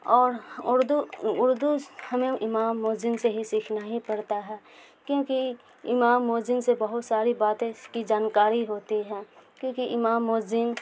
اور اردو اردو س ہمیں امام مؤذن سے ہی سیکھنا ہی پڑتا ہے کیونکہ امام مؤذن سے بہت ساری باتیں کی جانکاری ہوتی ہے کیونکہ امام مؤذن